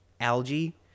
algae